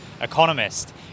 Economist